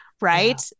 right